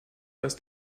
dass